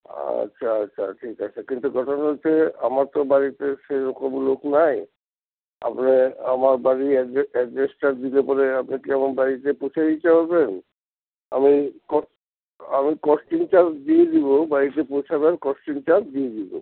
আচ্ছা আচ্ছা ঠিক আছে কিন্তু ঘটনা হচ্ছে আমার তো বাড়িতে সেরকম লোক নেই আপনি আমার বাড়ির অ্যাড্রে অ্যাড্রেসটা দিলে পরে আপনি কি আমার বাড়িতে পৌঁছে দিতে আমি কস আমি কস্টিংটা দিয়ে দেবো বাড়িতে পৌঁছাবেন কস্টিংটা দিয়ে দেবো